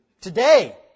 Today